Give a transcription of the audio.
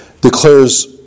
declares